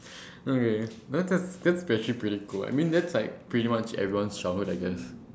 okay that that that's actually pretty cool I mean that's like pretty much everyone's childhood I guess